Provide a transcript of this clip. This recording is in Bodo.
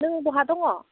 नों बहा दङ